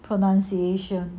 pronunciation